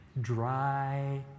dry